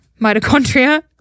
mitochondria